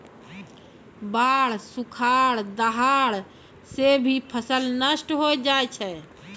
बाढ़, सुखाड़, दहाड़ सें भी फसल नष्ट होय जाय छै